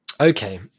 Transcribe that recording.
okay